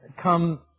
come